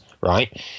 right